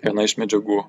viena iš medžiagų